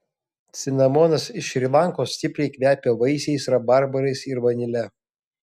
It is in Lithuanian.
cinamonas iš šri lankos stipriai kvepia vaisiais rabarbarais ir vanile